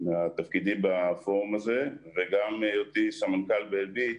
מתפקידי בפורום הזה וגם מהיותי סמנכ"ל ב"אלביט",